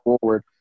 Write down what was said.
forward